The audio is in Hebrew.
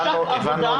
הבנו.